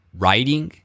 writing